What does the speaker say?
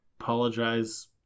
apologize